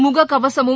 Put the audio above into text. முகக்கவசமும்